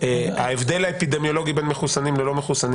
ההבדל האפידמיולוגי בין מחוסנים ללא מחוסנים